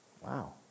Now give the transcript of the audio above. Wow